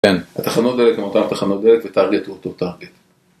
התחנות דלק הן אותן תחנות דלק וטארגט הוא אותו טארגט